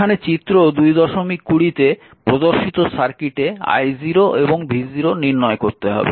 চিত্র 220 তে প্রদর্শিত সার্কিটে i0 এবং v0 নির্ণয় করতে হবে